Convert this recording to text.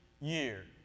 year